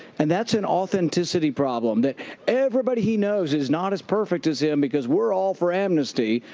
and that's an authenticity problem that everybody he knows is not as perfect as him because we're all for amnesty.